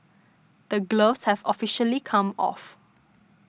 the gloves have officially come off